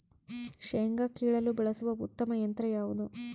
ಶೇಂಗಾ ಕೇಳಲು ಬಳಸುವ ಉತ್ತಮ ಯಂತ್ರ ಯಾವುದು?